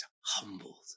Humbled